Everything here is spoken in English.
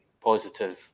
positive